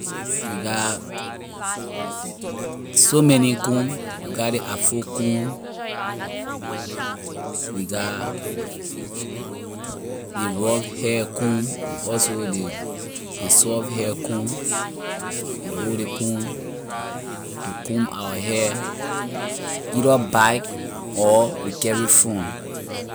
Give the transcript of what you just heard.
We got so many comb we get ley afro comb we got ley rough hair comb and also ley soft hair comb we hold ley comb to comb our hair either back or we carry front.